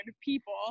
people